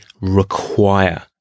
require